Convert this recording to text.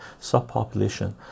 subpopulation